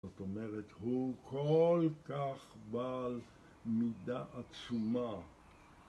זאת אומרת, הוא כל כך בעל מידה עצומה